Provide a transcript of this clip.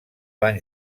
van